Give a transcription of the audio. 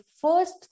first